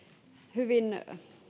hyvin